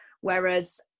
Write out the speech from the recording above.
Whereas